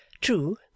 True